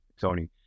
Tony